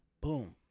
Boom